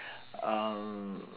um